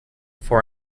for